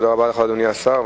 תודה רבה לך, אדוני השר.